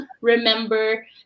remember